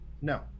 No